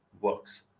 works